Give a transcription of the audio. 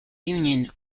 union